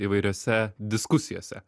įvairiose diskusijose